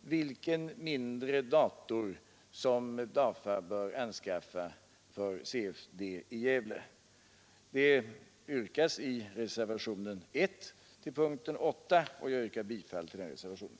vilken mindre dator som DAFA bör anskaffa för CFD i Gävle. Det begärs i reservationen vid punkten 8, och jag yrkar bifall till den reservationen.